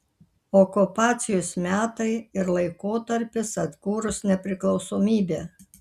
okupacijos metai ir laikotarpis atkūrus nepriklausomybę